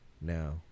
now